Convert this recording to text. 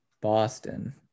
boston